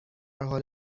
حال